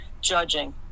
judging